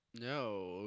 No